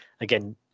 again